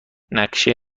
نقشه